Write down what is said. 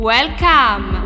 Welcome